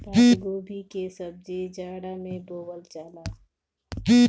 पातगोभी के सब्जी जाड़ा में बोअल जाला